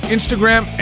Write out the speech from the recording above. Instagram